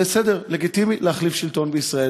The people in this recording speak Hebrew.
בסדר, לגיטימי להחליף שלטון בישראל.